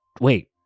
Wait